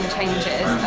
changes